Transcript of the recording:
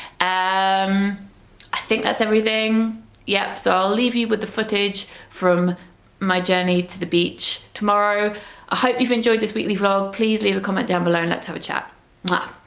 um i think that's everything yep so i'll leave you with the footage from my journey to the beach tomorrow i hope you've enjoyed this weekly vlog please leave a comment down below and let's have a chat. lot